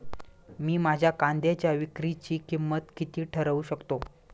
मी माझ्या कांद्यांच्या विक्रीची किंमत किती ठरवू शकतो?